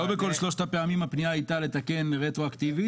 לא בכל שלוש הפעמים הפנייה הייתה לתקן רטרואקטיבית.